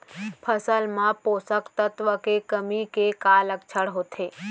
फसल मा पोसक तत्व के कमी के का लक्षण होथे?